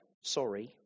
sorry